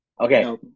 Okay